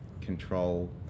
control